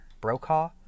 Brokaw